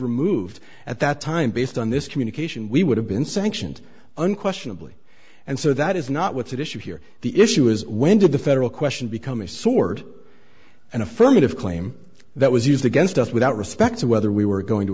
removed at that time based on this communication we would have been sanctioned unquestionably and so that is not what's at issue here the issue is when did the federal question become a sword an affirmative claim that was used against us without respect to whether we were going to